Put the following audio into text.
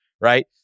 right